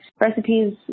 recipes